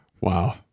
Wow